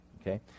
okay